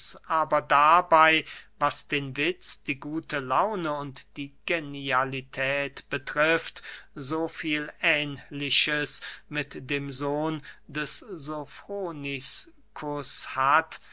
aber dabey was den witz die gute laune und die genialität betrifft so viel ähnliches mit dem sohn des sofroniscus hat